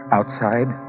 Outside